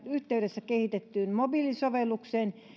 yhteydessä kehitettyyn mobiilisovellukseen